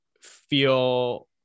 feel